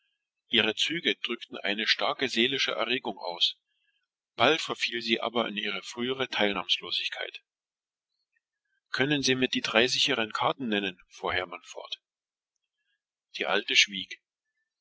ihre züge drückten starke seelische erregung aus doch bald überkam sie die frühere empfindungslosigkeit können sie mir fuhr hermann fort die drei glückskarten nennen die gräfin schwieg